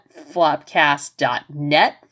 flopcast.net